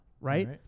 right